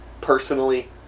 personally